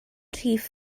rhif